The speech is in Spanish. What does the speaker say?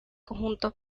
conjunto